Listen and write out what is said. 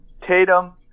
Tatum